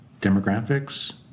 demographics